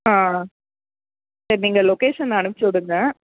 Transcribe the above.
ஆ சரி நீங்கள் லொக்கேஷன் அனுப்ச்சிவிடுங்க